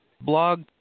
blog